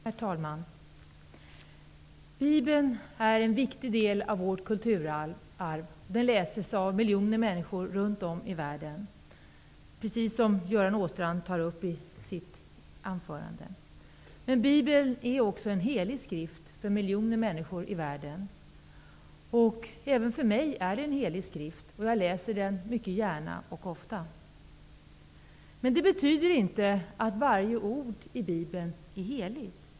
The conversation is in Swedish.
Herr talman! Bibeln är en viktig del av vårt kulturarv. Den läses av miljoner människor runt om i världen, precis som Göran Åstrand tog upp i sitt anförande. Bibeln är också en helig skrift för miljoner människor i världen. Även för mig är det en helig skrift. Jag läser i den mycket gärna och ofta. Men det betyder inte att varje ord i bibeln är heligt.